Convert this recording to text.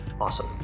Awesome